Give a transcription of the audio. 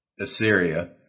Assyria